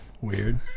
weird